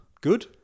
Good